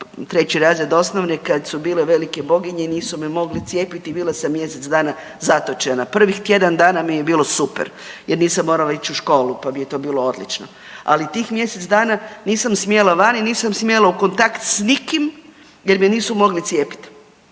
3 razred osnovne kad su bile velike boginje i nisu me mogli cijepiti i bila sam mjesec dana zatočena. Prvih tjedan dana mi je bilo super jer nisam morala ići u školu, pa mi je to bilo odlično, ali tih mjesec dana nisam smjela van i nisam smjela u kontakt s nikim jer me nisu mogli cijepiti.